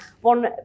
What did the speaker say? One